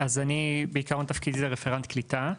אז אני בעיקרון תפקידי זה רפרנט קליטה,